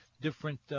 different